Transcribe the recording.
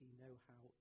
know-how